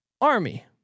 army